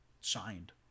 shined